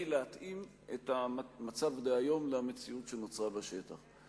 להתאים את המצב דהיום למציאות שנוצרה בשטח.